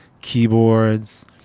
keyboards